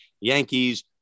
Yankees